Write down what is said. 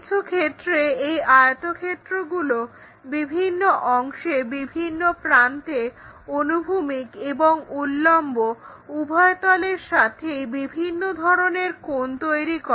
কিছু ক্ষেত্রে এই আয়তক্ষেত্রগুলো বিভিন্ন অংশে বিভিন্ন প্রান্তে অনুভূমিক এবং উল্লম্ব উভয় তলের সাথেই বিভিন্ন ধরণের কোণ তৈরি করে